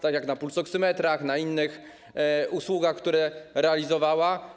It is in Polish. Tak jak na pulsoksymetrach i na innych usługach, które realizowała.